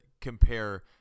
compare